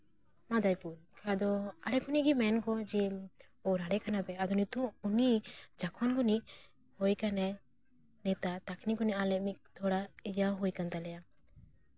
ᱢᱟᱫᱟᱭᱯᱩᱨ ᱟᱫᱚ ᱟᱫᱮᱠ ᱦᱚᱲ ᱜᱮ ᱢᱮᱱ ᱠᱚ ᱡᱮ ᱚ ᱱᱟᱰᱮ ᱠᱟᱱᱟᱯᱮ ᱟᱫᱚ ᱱᱤᱛᱚᱜ ᱩᱱᱤ ᱡᱚᱠᱷᱚᱱ ᱩᱱᱤ ᱦᱳᱭ ᱠᱟᱱᱟᱭ ᱱᱮᱛᱟ ᱛᱚᱠᱷᱱᱤ ᱠᱷᱚᱱᱟᱜ ᱛᱷᱚᱲᱟ ᱤᱭᱟᱹ ᱦᱩᱭ ᱠᱟᱱ ᱛᱟᱞᱮᱭᱟ